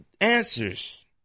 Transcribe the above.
answers